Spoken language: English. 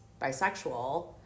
bisexual